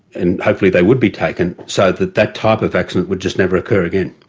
and hopefully they would be taken, so that that type of accident would just never occur again.